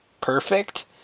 perfect